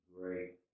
great